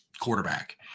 quarterback